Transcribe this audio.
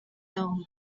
down